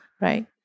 right